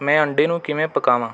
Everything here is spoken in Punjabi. ਮੈਂ ਅੰਡੇ ਨੂੰ ਕਿਵੇਂ ਪਕਾਵਾਂ